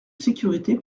sécurité